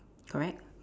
correct